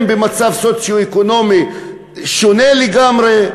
הם במצב סוציו-אקונומי שונה לגמרי,